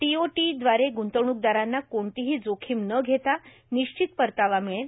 टीओटीद्वारे ग्रंतवणुकदारांना कोणतीही जोखीम न घेता निश्चित परतावा मिळेल